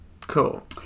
cool